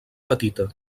petita